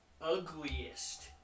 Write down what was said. ugliest